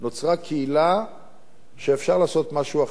נוצרה קהילה שאפשר לעשות משהו אחר